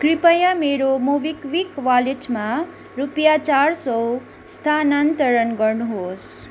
कृपया मेरो मोबिक्विक वालेटमा रुपियाँ चार सौ स्थानान्तरण गर्नुहोस्